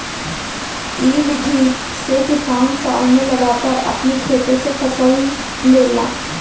इ विधि से किसान साल में लगातार अपनी खेते से फसल लेला